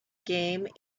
game